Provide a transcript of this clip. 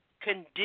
condition